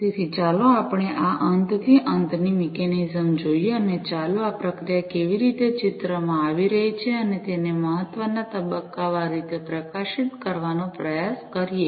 તેથી ચાલો આપણે આ અંતથી અંતની મિકેનિઝમ જોઈએ અને ચાલો આ પ્રક્રિયા કેવી રીતે ચિત્રમાં આવી રહી છે અને તેના મહત્વને તબક્કાવાર રીતે પ્રકાશિત કરવાનો પ્રયાસ કરીએ